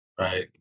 Right